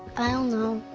i don't know,